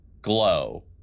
glow